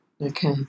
Okay